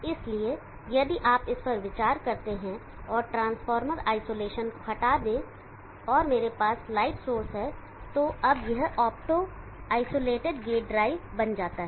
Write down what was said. इसलिए यदि आप इस पर विचार करते हैं और ट्रांसफार्मर आइसोलेशन को हटा दें और मेरे पास लाइट सोर्स है तो अब यह ऑप्टो आइसोलेटेड गेट ड्राइव बन जाता है